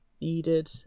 needed